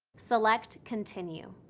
select continue.